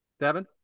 Devin